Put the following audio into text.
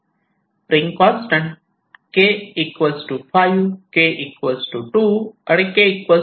spring constant K 5 K 2 आणि K 3 आहे